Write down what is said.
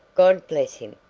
god bless him!